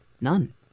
none